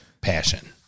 passion